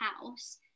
house